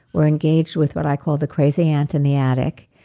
we're engaged with what i call the crazy aunt in the attic,